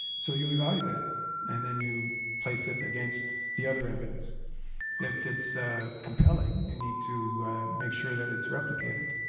so you evaluate it and then you place it against the other evidence f it's ah compelling, you need to make sure that it's replicated.